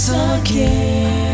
again